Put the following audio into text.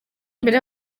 imbere